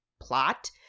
plot